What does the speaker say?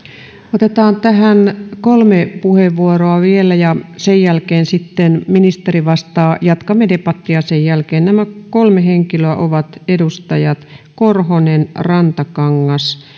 otetaan tähän kolme puheenvuoroa vielä ja sen jälkeen sitten ministeri vastaa jatkamme debattia sen jälkeen nämä kolme henkilöä ovat edustajat korhonen rantakangas